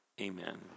Amen